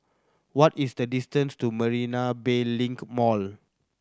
what is the distance to Marina Bay Link Mall